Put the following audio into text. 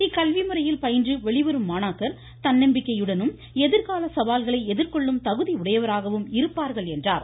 இக்கல்வி முறையில் பயின்று வெளிவரும் மாணாக்கர் தன்னம்பிக்கையுடனும் எதிர்கால சவால்களை எதிர்கொள்ளும் தகுதி உடையவராகவும் இருப்பார்கள் என்றார்